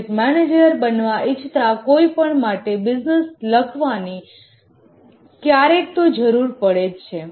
project manager બનવા ઇચ્છતા કોઈપણ માટે બિઝનેસ લખવાની ક્યારેક તો જરૂર પડે જ છે